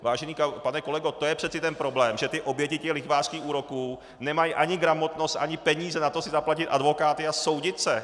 Vážený pane kolego, to je přece ten problém, že oběti lichvářských úroků nemají ani gramotnost ani peníze na to si zaplatit advokáty a soudit se.